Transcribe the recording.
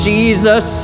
Jesus